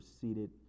seated